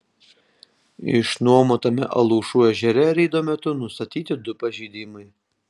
išnuomotame alaušų ežere reido metu nustatyti du pažeidimai